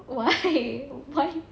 why what